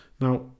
Now